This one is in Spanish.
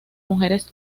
mujeres